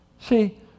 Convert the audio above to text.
See